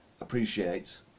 appreciate